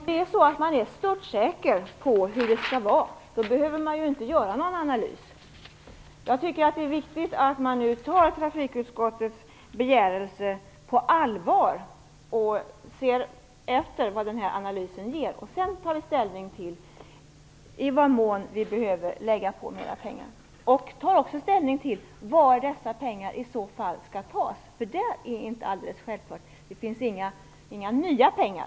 Fru talman! Om man är störtsäker på hur det skall vara, behöver man inte göra någon analys. Jag tycker att det är viktigt att man tar trafikutskottets begäran på allvar och ser vad analysen ger vid handen. Sedan får vi ta ställning till i vad mån vi behöver anslå mer pengar och till var dessa pengar skall tas. Det är inte alldeles självklart. Det finns inga nya pengar.